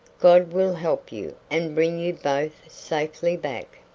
god will help you, and bring you both safely back.